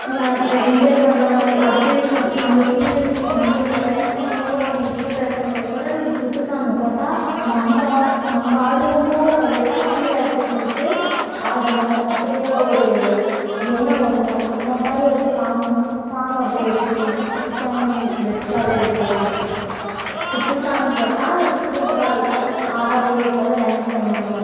நல் எ என்ஜாய் பண்ணுற மாதிரி அடுத்தவங்க அங்கே கீழே நின்று நம்ம இங்கே டான்ஸ் பண்ணும்போது அவங்க கீழே இருக்கும்போது கூட நம்ம குத்து சாங்கை போட்டால் நம்ம நம்ம ஆடுவோமோ தவிர கீழே இருக்கிறவிங்களுக்கு ஆடணும் அப்படிங்குற ஒரு எண்ணம் வரணும் அந்த மாதிரி ஒரு சாங் தான் சாங் அப்படி எடுக்கணுன்னால் குத்து சாங் பெஸ்ட்டாகவே இருக்கும் குத்து சாங்கை போட்டால் சூப்பராயிருக்கும் ஆடாதவங்க கூட டான்ஸ் பண்ணுவாங்க